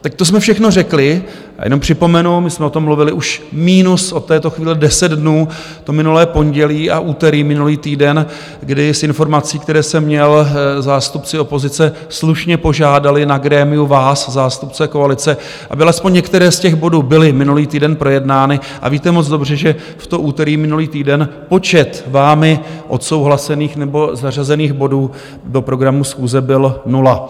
Tak to jsme všechno řekli a jenom připomenu, my jsme o tom mluvili už minus od této chvíle 10 dnů, to minulé pondělí a úterý minulý týden, kdy z informací, které jsem měl, zástupci opozice slušně požádali na grémiu vás, zástupce koalice, aby alespoň některé z těch bodů byly minulý týden projednány, a víte moc dobře, že v to úterý minulý týden počet vámi odsouhlasených nebo zařazených bodů do programu schůze byl nula.